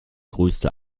größte